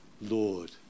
Lord